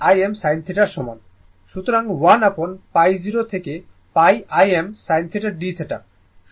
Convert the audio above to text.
সুতরাং 1 upon π0 থেকে πIm sinθdθ